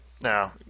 no